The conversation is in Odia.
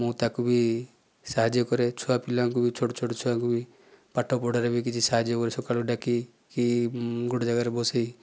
ମୁଁ ତାକୁବି ସାହାଯ୍ୟ କରେ ଛୁଆ ପିଲାଙ୍କୁ ବି ଛୋଟ ଛୋଟ ଛୁଆଙ୍କୁ ବି ପାଠ ପଢ଼ାରେ ବି କିଛି ସାହାଯ୍ୟ କରେ ସକାଳୁ ଡାକିକି ଗୋଟିଏ ଜାଗାରେ ବସେଇ